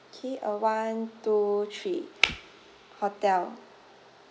K uh one two three hotel